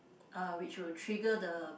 uh which will trigger the